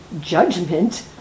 judgment